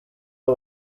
aho